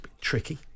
tricky